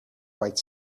white